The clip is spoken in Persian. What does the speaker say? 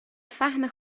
فهم